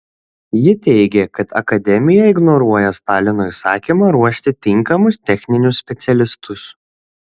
ji teigė kad akademija ignoruoja stalino įsakymą ruošti tinkamus techninius specialistus